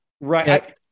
Right